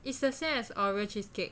it's the same as Oreo cheesecake